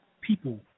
people